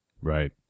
Right